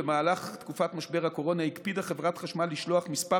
במהלך תקופת משבר הקורונה הקפידה חברת חשמל לשלוח כמה